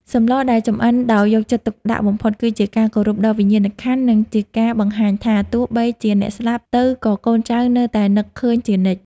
សម្លដែលចម្អិនដោយយកចិត្តទុកដាក់បំផុតគឺជាការគោរពដល់វិញ្ញាណក្ខន្ធ និង ជាការបង្ហាញថាទោះបីជាអ្នកស្លាប់ទៅក៏កូនចៅនៅតែនឹកឃើញជានិច្ច។